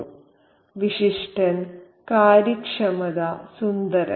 'വിശിഷ്ടൻ കാര്യക്ഷമത സുന്ദരൻ